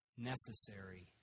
necessary